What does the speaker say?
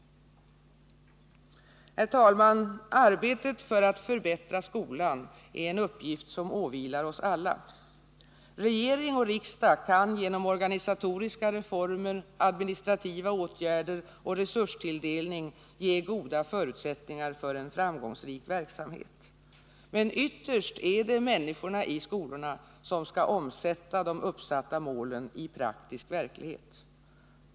Herr talman! Arbetet för att förbättra skolan är en uppgift som åvilar oss alla. Regering och riksdag kan genom organisatoriska reformer, administrativa åtgärder och resurstilldelning ge goda förutsättningar för en framgångs rik verksamhet. Men ytterst är det människorna i skolorna som skall omsätta de uppsatta målen i praktisk verklighet.